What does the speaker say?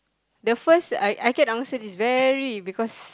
the first I I can't answer this very because